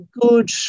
good